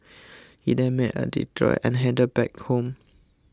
he then made a detour and headed back home